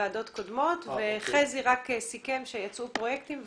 בוועדות קודמות וחזי רק סיכם שיצאו פרויקטים.